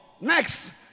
Next